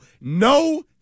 No